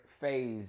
phase